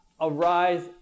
arise